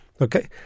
Okay